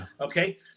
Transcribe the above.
Okay